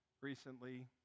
recently